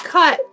Cut